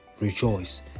Rejoice